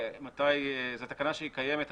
זו תקנה שקיימת היום,